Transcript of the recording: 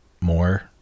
more